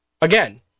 Again